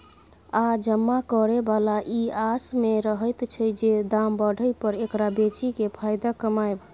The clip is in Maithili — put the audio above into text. आ जमा करे बला ई आस में रहैत छै जे दाम बढ़य पर एकरा बेचि केँ फायदा कमाएब